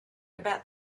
about